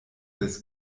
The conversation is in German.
des